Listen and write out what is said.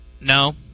No